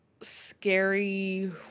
scary